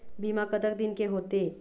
बीमा कतक दिन के होते?